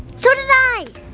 so did i!